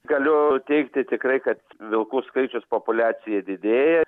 galiu teigti tikrai kad vilkų skaičius populiacija didėja